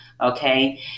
okay